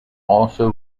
also